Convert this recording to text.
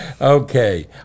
Okay